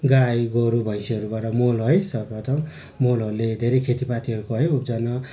गाई गोरु भैँसीहरूबाट मल है सर्वप्रथम मलहरूले धेरै खेतीपातीहरूको उब्जन